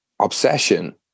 obsession